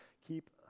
keep